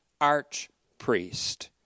Arch-Priest